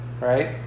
right